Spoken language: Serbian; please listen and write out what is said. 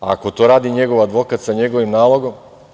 A ako to radi njegov advokat sa njegovim nalogom?